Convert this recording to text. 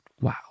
wow